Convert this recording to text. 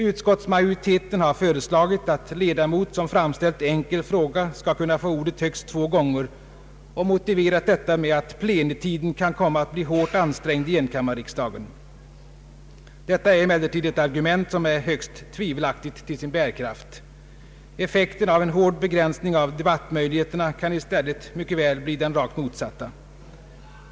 Utskottsmajoriteten har föreslagit att ledamot som framställt enkel fråga skall kunna få ordet högst två gånger och har motiverat detta med att ”plenitiden kan komma att bli hårt ansträngd i enkammarriksdagen”, Det är emellertid ett argument som är högst tvivelaktigt till sin bärkraft. Effekten av en hård begränsning av debattmöjligheten kan i stället mycket väl bli den rakt motsatta.